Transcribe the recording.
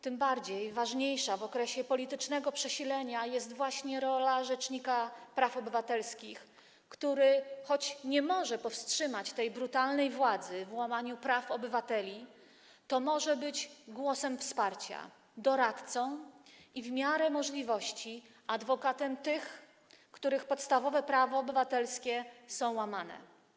Tym ważniejsza w okresie politycznego przesilenia jest właśnie rola rzecznika praw obywatelskich, który choć nie może powstrzymać tej brutalnej władzy przed łamaniem praw obywateli, to może być głosem wsparcia, doradcą i, w miarę możliwości, adwokatem tych, których podstawowe prawa obywatelskie są łamane.